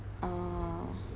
oh